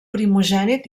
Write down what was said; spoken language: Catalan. primogènit